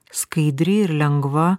skaidri ir lengva